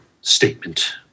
statement